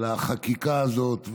לחקיקה הזאת,